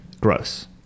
gross